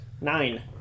Nine